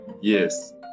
Yes